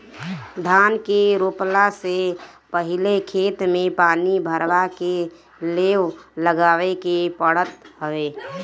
धान के रोपला से पहिले खेत में पानी भरवा के लेव लगावे के पड़त हवे